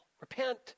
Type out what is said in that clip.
Repent